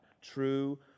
True